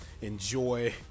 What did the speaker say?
enjoy